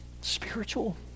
spiritual